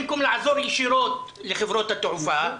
במקום לעזור ישירות לחברות התעופה,